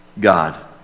God